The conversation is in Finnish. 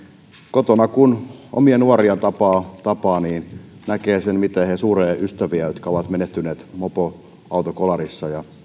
kotona kun omia nuoria tapaa tapaa niin näkee sen miten he surevat ystäviään jotka ovat menehtyneet mopoautokolarissa ja